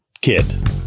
kid